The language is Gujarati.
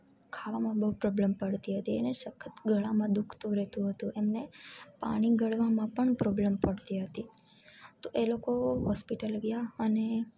ખાવામાં બહુ પ્રોબ્લ્મ પડતી હતી એને સખત ગળામાં દુખતું રેતું હતું એમને પાણી ગળવામાં પણ પ્રોબ્લ્મ પડતી હતી તો એ લોકો હોસ્પિટલ ગયા અને